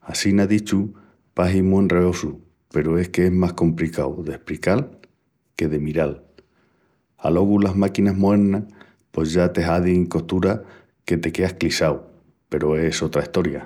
Assina dichu pahi mu enreosu peru es que es más compricau d'esprical que de miral. Alogu las máquinas moernas pos ya te hazin costuras que te queas clissau peru es otra estoria.